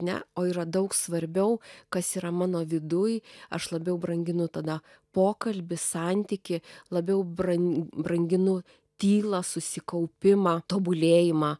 ne o yra daug svarbiau kas yra mano viduj aš labiau branginu tada pokalbį santykį labiau bran branginu tylą susikaupimą tobulėjimą